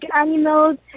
animals